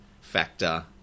factor